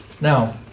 Now